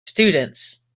students